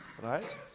Right